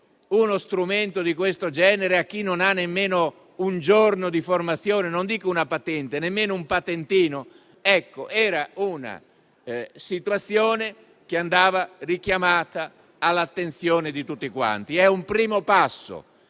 uno strumento di questo genere a chi non ha nemmeno un giorno di formazione, non ha una patente e nemmeno un patentino? La situazione andava quindi richiamata all'attenzione di tutti quanti. Certamente è un primo passo,